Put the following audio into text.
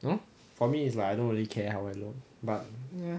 know for me is like I don't really care how I look but ya